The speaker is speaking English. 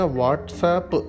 WhatsApp